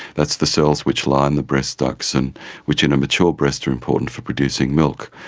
that's the cells which line the breast ducts and which in a mature breast are important for producing milk.